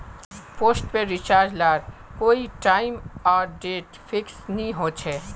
postpaid recharge लार कोए time आर डेट फिक्स नि होछे